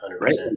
right